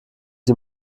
die